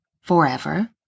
forever